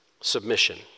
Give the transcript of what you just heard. Submission